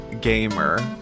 gamer